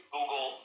Google